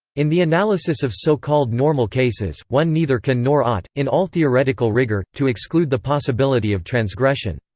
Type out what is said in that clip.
in the analysis of so-called normal cases, one neither can nor ought, in all theoretical rigor, to exclude the possibility of transgression.